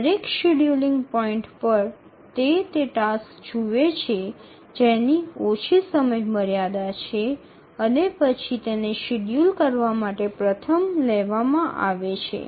દરેક scheduling point પર તે તે ટાસક્સને જુએ છે જેની ઓછી સમયમર્યાદા છે અને પછી તેને શેડ્યૂલ કરવા માટે પ્રથમ લેવામાં આવે છે